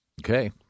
Okay